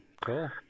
cool